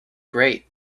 great